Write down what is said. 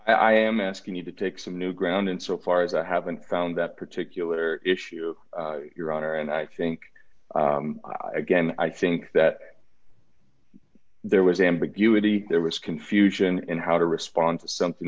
right i am asking you to take some new ground in so far as i haven't found that particular issue your honor and i think i again i think that there was ambiguity there was confusion in how to respond to something